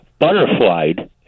butterflied